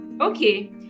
Okay